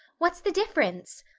what's the difference?